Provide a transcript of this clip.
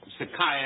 Psychiatrist